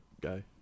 guy